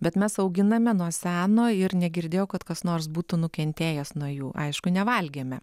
bet mes auginame nuo seno ir negirdėjau kad kas nors būtų nukentėjęs nuo jų aišku nevalgėme